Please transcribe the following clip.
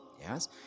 yes